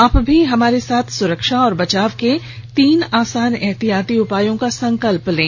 आप भी हमारे साथ सुरक्षा और बचाव के तीन आसान एहतियाती उपायों का संकल्प लें